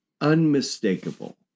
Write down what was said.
unmistakable